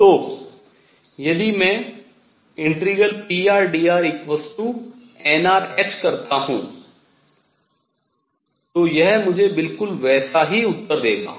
तो यदि मैं ∫prdrnrh करता हूँ तो यह मुझे बिल्कुल वैसा ही उत्तर देगा